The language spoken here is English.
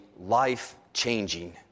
life-changing